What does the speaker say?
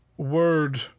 word